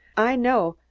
i know,